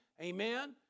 Amen